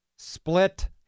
Split